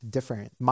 Different